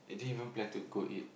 we didn't even plan to go eat